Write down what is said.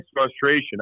frustration